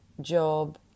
job